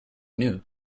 new